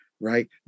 right